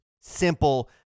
simple